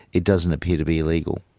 it doesn't appear to be illegal.